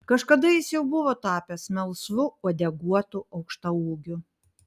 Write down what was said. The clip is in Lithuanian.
kažkada jis jau buvo tapęs melsvu uodeguotu aukštaūgiu